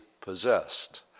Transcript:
possessed